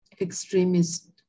extremist